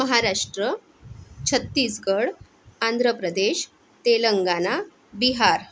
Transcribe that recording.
Maharashtra Chhattisgarh Andhra Pradesh Telangana Bihar